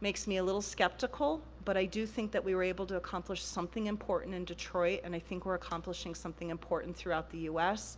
makes me a little skeptical, but i do think that we were able to accomplish something important in detroit, and i think we're accomplishing something important throughout the u s.